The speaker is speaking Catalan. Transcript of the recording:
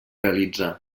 realitzar